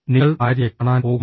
നിങ്ങൾ ഭാര്യയെ കാണാൻ പോകുമോ